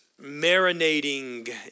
marinating